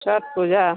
Chhath Puja